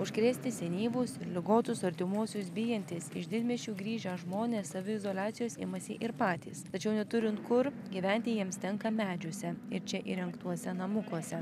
užkrėsti senyvus ir ligotus artimuosius bijantys iš didmiesčių grįžę žmonės saviizoliacijos imasi ir patys tačiau neturint kur gyventi jiems tenka medžiuose ir čia įrengtuose namukuose